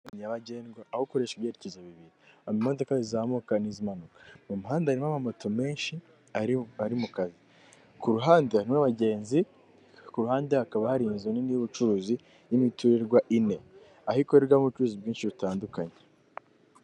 Nyabagendwa ahokoresha ibyerekezo bibiri, imodoka zizamuka n'izi manuka mu muhanda, harimo moto menshi ari bari mu kazi, ku ruhande n'abagenzi ku ruhande hakaba hari inzu nini y'ubucuruzi n'imiturirwa ine, aho ikorerwamo ubucuruzi bwinshi butandukanye.